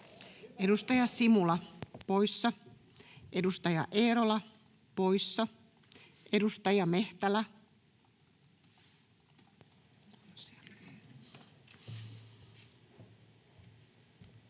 Edustaja Simula, poissa. Edustaja Eerola, poissa. — Edustaja Mehtälä.